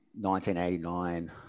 1989